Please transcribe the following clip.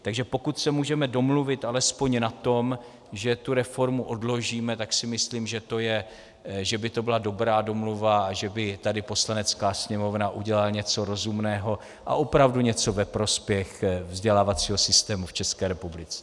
Takže pokud se můžeme domluvit alespoň na tom, že tu reformu odložíme, tak si myslím, že by to byla dobrá domluva a že by tady Poslanecká sněmovna udělala něco rozumného a opravdu něco ve prospěch vzdělávacího systému v České republice.